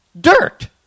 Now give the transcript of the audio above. dirt